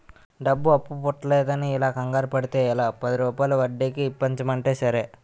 డబ్బు అప్పు పుట్టడంలేదని ఇలా కంగారు పడితే ఎలా, పదిరూపాయల వడ్డీకి ఇప్పించమంటే సరే